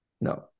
No